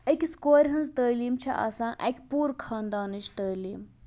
أکِس کورِ ہٕنٛز تعلیٖم چھَ آسان اَکہِ پوٗرٕ خاندانٕچ تعلیٖم